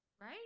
right